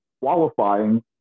qualifying